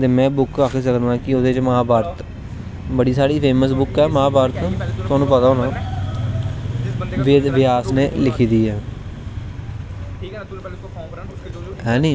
ते में बुक्क आक्खी सकनां कि ओह्दे च महाभारत बड़ी सारी फेमस बुक ऐ महाभारत तुसें पता होना वेद व्यास नै लिखी दी ऐ हैनी